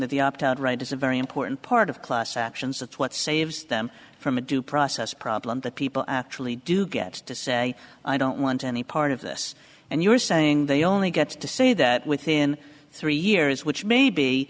that the opt out right is a very important part of class actions that's what saves them from a due process problem that people actually do get to say i don't want any part of this and you're saying they only get to say that within three years which maybe